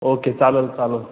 okay चालेल चालेल